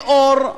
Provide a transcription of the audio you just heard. אין אור,